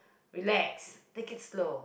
relax take it slow